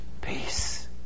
peace